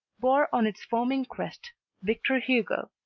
bore on its foaming crest victor hugo,